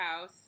House